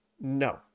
no